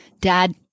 Dad